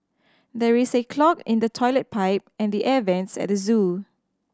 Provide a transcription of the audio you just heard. there is a clog in the toilet pipe and the air vents at the zoo